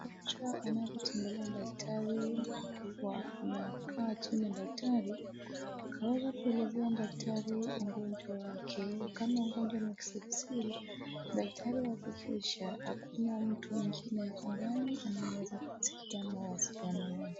Mgonjwa anapotembelea daktari, huwa anakaa chini na daktari, akaweza kumuelezea daktari ugonjwa wake. Kama ugonjwa ni wa kisiri, daktari huhakikisha hakuna mtu mwingine ako ndani anaweza kusikia mawasiliano.